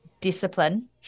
discipline